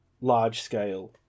large-scale